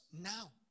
now